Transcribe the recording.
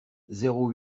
zéro